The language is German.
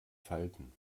falten